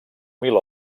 mil